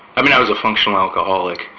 i mean, i was a functional alcoholic,